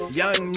young